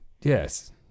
yes